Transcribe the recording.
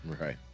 right